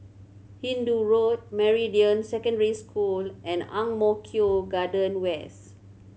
Hindoo Road Meridian Secondary School and Ang Mo Kio Garden West